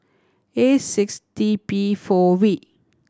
A six T P four V